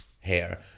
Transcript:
hair